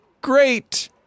great